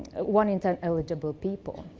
one in ten eligible people.